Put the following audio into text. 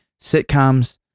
sitcoms